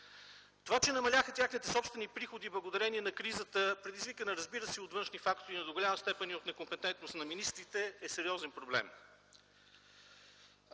Това че намаляха техните собствени приходи, благодарение на кризата, предизвикана, разбира се, и от външни фактори, но до голяма степен и от некомпетентност на министрите, е сериозен проблем.